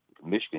Michigan